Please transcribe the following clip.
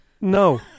No